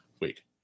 week